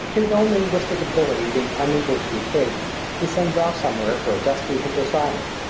his own linguistic abilities being unequal to the occasion, he sends off somewhere for a dusky hindostani,